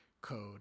code